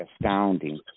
astounding